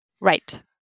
Right